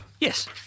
Yes